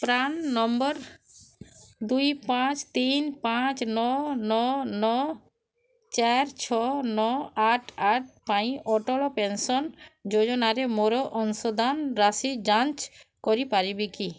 PRAN number ଦୁଇ ପାଞ୍ଚ ତିନି ପାଞ୍ଚ ନଅ ନଅ ନଅ ଚାରି ଛଅ ନଅ ଆଠ ଆଠ ପାଇଁ ଅଟଳ ପେନ୍ସନ୍ ଯୋଜନାରେ ମୋର ଅଂଶଦାନ ରାଶି ଯାଞ୍ଚ କରିପାରିବ କି